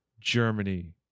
Germany